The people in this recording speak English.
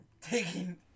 taking